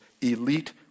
elite